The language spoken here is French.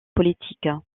politique